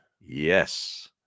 Yes